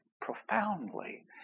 profoundly